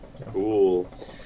Cool